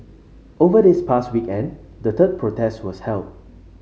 over this past weekend the third protest was held